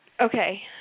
Okay